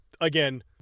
again